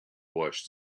wash